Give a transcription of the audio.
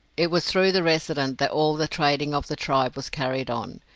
it was through the resident that all the trading of the tribe was carried on.